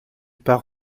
part